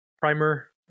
primer